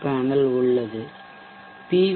panel உள்ளது B